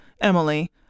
emily